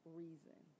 reason